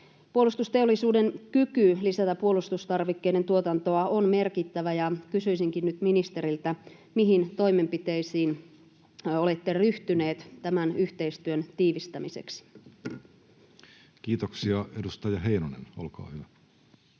Puolustusteollisuuden kyky lisätä puolustustarvikkeiden tuotantoa on merkittävä, ja kysyisinkin nyt ministeriltä: mihin toimenpiteisiin olette ryhtyneet tämän yhteistyön tiivistämiseksi? Kiitoksia. — Edustaja Heinonen, olkaa hyvä.